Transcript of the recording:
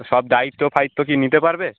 সব দায়িত্ব ফায়িত্ব কি নিতে পারবে